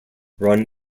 run